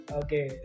okay